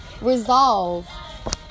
resolve